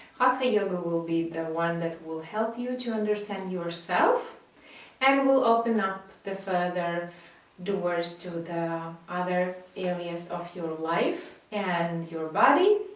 hatha yoga be the one that will help you to understand yourself and we'll open up the further doors to the other areas of your life and your body.